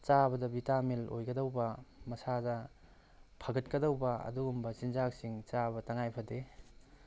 ꯆꯥꯕꯗ ꯚꯤꯇꯥꯃꯤꯟ ꯑꯣꯏꯒꯗꯧꯕ ꯃꯁꯥꯗ ꯐꯒꯠꯀꯗꯧꯕ ꯑꯗꯨꯒꯨꯝꯕ ꯆꯤꯟꯖꯥꯛꯁꯤꯡ ꯆꯥꯕ ꯇꯉꯥꯏ ꯐꯗꯦ